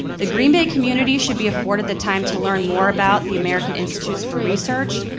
the green bay community should be afforded the time to learn more about the american institutes for research,